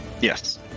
Yes